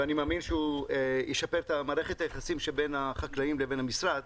ואני מאמין שהוא ישפר את מערכת היחסים שבין החקלאים לבין המשרד,